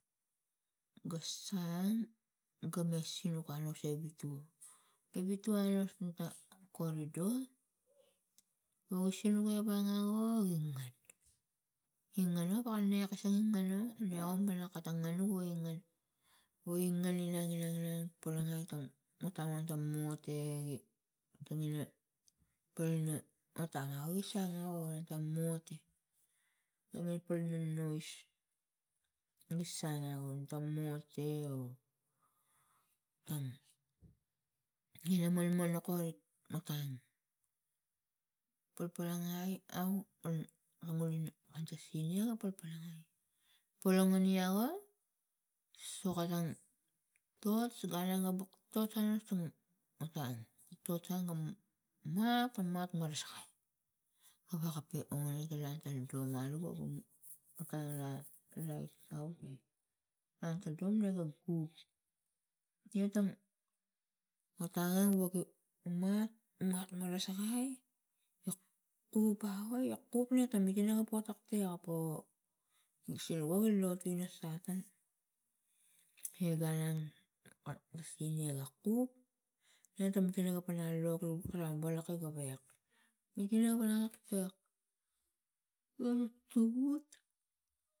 Ga sang ga me sinuk anos emitua mitua anos muta kori do, nuga sinuk ewe ango gi ngan gi gnanu waka nge pasang gi nganu niaga ngan no katang ogi ngan woge ngan inang inang inang polongai tany tawatan mote tangina palina tangau gi sangau ono tam mote ani palana nois gisang anu tam mote o tang ina malmalak kom rik otang palpal langai au ngalina kan ta sina a palpal langai ula ngane iaga sok otang tots gun e abung tots anasung otang tots ang ga mat ga mat marasakai wagape one ga latang dom alu gavu otang la lait esa u ke na ta dom nega gup nia tang otang e woge mat mat marasakai iak kup avoi aiak kup nan ta mikina ta po tektek apo nuk sigi wo nuk lotu ta satan e ganang sinia ga kup na tam mikana ta panang lo ga gawek mikina pana ga tektek gonu tongut.